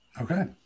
Okay